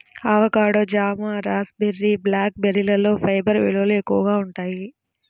avocado, జామ, raspberry, black బెర్రీలలో fibre విలువలు ఎక్కువగా ఉంటాయి